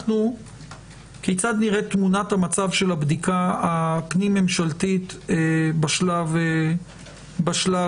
כיצד נראית תמונת המצב של הבדיקה הפנים-ממשלתית בשלב הזה.